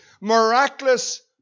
miraculous